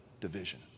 division